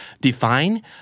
define